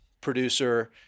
producer